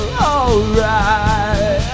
alright